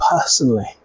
personally